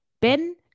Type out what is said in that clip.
Ben